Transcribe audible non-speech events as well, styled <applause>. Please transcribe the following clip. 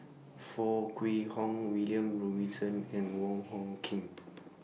<noise> Foo Kwee Horng William Robinson and Wong Hung Khim